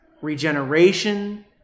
regeneration